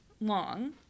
long